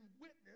witness